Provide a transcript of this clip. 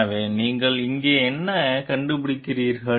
எனவே நீங்கள் இங்கே என்ன கண்டுபிடிக்கிறீர்கள்